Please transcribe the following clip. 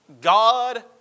God